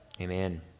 Amen